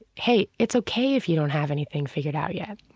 hey, it's ok if you don't have anything figured out yet.